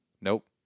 nope